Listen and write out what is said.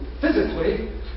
physically